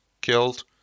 killed